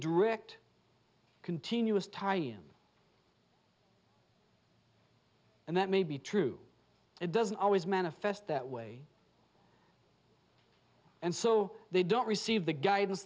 direct continuous tie him and that may be true it doesn't always manifest that way and so they don't receive the guidance